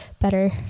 better